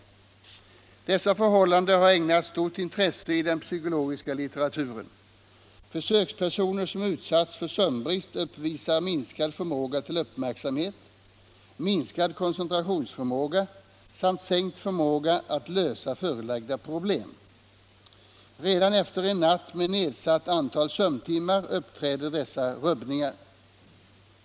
Dessa förhållanden har ägnats stort intresse iden psykologiska litteraturen. Försökspersoner som utsatts för sömnbrist uppvisar minskad förmåga till uppmärksamhet, minskad koncentrationsförmåga samt sänkt förmåga att lösa förelagda problem. Redan efter en natt med nedsatt antal sömntimmar uppträder dessa rubbningar.